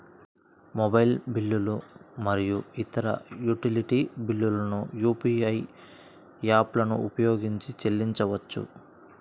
mobile బిల్లులు మరియు ఇతర యుటిలిటీ బిల్లులను యూ.పీ.ఐ యాప్లను ఉపయోగించి చెల్లించవచ్చు